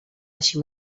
així